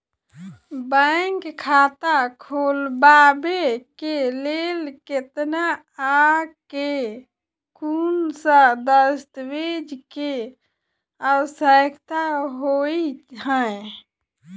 Bank खाता खोलबाबै केँ लेल केतना आ केँ कुन सा दस्तावेज केँ आवश्यकता होइ है?